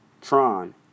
Tron